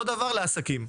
אותו דבר לעסקים.